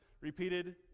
repeated